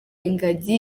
ingagi